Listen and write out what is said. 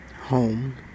home